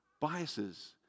biases